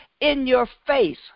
in-your-face